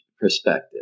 perspective